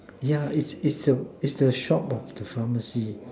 yeah it's it's the it's the shop of the pharmacy